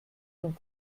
zum